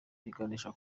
biganisha